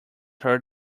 hurt